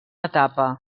etapa